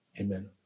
Amen